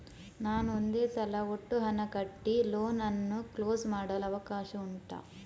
ನಾನು ಒಂದೇ ಸಲ ಒಟ್ಟು ಹಣ ಕಟ್ಟಿ ಲೋನ್ ಅನ್ನು ಕ್ಲೋಸ್ ಮಾಡಲು ಅವಕಾಶ ಉಂಟಾ